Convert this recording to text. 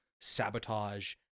sabotage